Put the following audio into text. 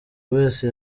wese